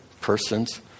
person's